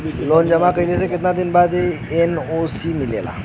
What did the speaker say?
Loan जमा कइले के कितना दिन बाद एन.ओ.सी मिली?